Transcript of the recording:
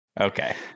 Okay